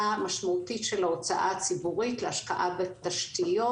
משמעותית של ההוצאה הציבורית להשקעה בתשתיות,